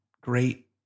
great